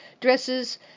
dresses